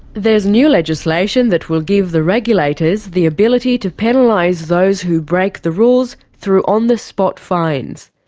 there's new legislation that will give the regulators the ability to penalise those who break the rules, through on-the-spot fines.